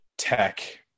tech